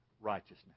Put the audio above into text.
righteousness